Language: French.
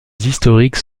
historiques